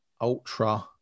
ultra